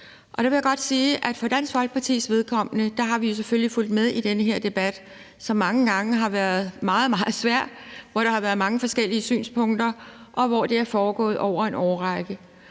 og der vil jeg godt sige, at for Dansk Folkepartis vedkommende har vi selvfølgelig fulgt med i den her debat, som mange gange har været meget, meget svær, og hvor der har været mange forskellige synspunkter, og det har foregået over en årrække.